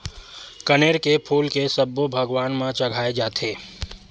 कनेर के फूल के सब्बो भगवान म चघाय जाथे